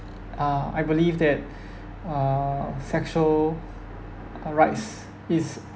uh I believe that uh sexual arise is